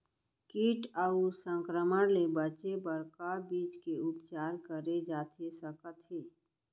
किट अऊ संक्रमण ले बचे बर का बीज के उपचार करे जाथे सकत हे?